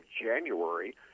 January